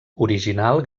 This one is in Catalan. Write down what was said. original